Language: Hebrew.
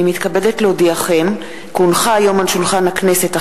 אני מתכבד לפתוח את ישיבת הכנסת.